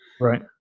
Right